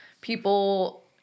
people